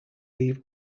leave